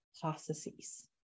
processes